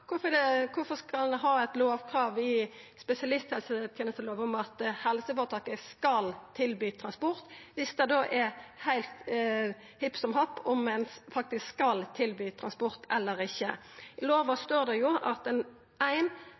skal ein ha eit lovkrav i spesialisthelsetenestelova om at helseføretaket skal tilby transport, om det då er heilt hipp som happ om ein faktisk skal tilby transport eller ikkje? I lova står det 1), at ein